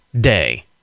Day